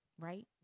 Right